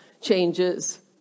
changes